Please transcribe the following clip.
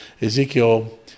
Ezekiel